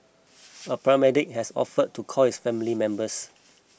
a paramedic has offered to call his family members